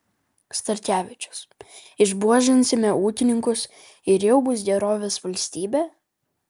starkevičius išbuožinsime ūkininkus ir jau bus gerovės valstybė